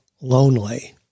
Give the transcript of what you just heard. lonely